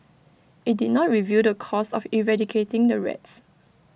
IT did not reveal the cost of eradicating the rats